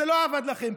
זה לא עבד לכם,